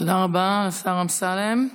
תודה רבה, השר אמסלם.